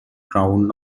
crown